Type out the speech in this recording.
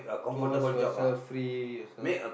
two hours for yourself free yourself